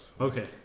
Okay